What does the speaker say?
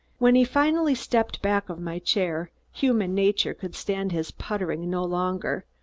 when he finally stepped back of my chair, human nature could stand his puttering no longer,